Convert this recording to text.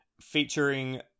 featuring